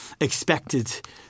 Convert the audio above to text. expected